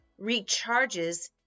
recharges